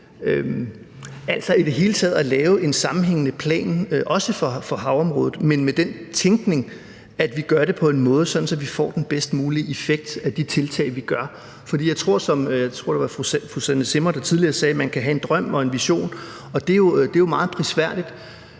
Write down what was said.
på, hvordan man kan lave en sammenhængende plan også for havområdet, men med den tænkning, at vi gør det på en sådan måde, at vi får den bedst mulige effekt af de tiltag, vi gør. For jeg tror også – jeg mener, det var fru Susanne Zimmer, der tidligere sagde det – at man kan have en drøm og en vision, og det er jo meget prisværdigt,